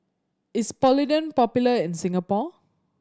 is Polident popular in Singapore